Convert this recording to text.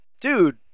dude